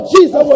Jesus